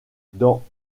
dans